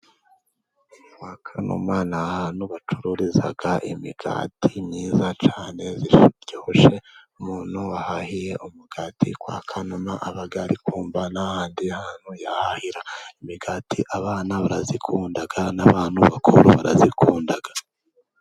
Kwa Kanuma ni ahantu bacururiza imigati myiza cyane iryoshye, umuntu wahahiye umugati kwa Kanuma aba ari kumva nta handi hantu yahahira, imigati abana barayikunda n'abantu bakuru barayikunda.